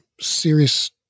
serious